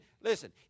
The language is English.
Listen